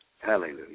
Hallelujah